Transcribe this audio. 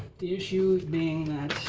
the issue being that,